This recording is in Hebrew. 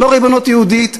לא ריבונות יהודית,